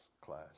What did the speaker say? class